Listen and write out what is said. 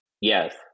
Yes